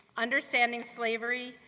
understanding slavery,